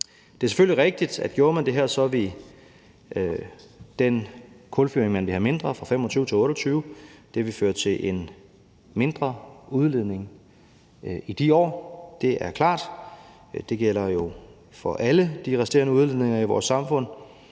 Det er selvfølgelig rigtigt, at gjorde man det her, vil den kulfyring, som man ville have mindre af fra 2025-2028, føre til en mindre udledning i de år. Det er klart. Det gælder jo for alle de resterende udledninger i vores samfund,